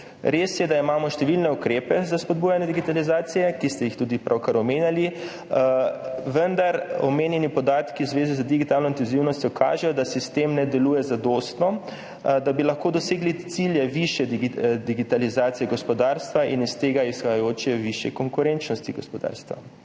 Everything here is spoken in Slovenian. Res je, da imamo številne ukrepe za spodbujanje digitalizacije, ste jih tudi pravkar omenjali, vendar omenjeni podatki v zvezi z digitalno intenzivnostjo kažejo, da sistem ne deluje zadostno, da bi lahko dosegli cilje višje digitalizacije gospodarstva in iz tega izhajajoče višje konkurenčnosti gospodarstva.